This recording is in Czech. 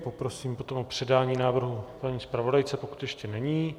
Poprosím o předání návrhu paní zpravodajce, pokud ještě není.